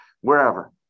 wherever